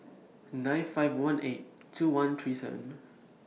nine five one eight two one three seven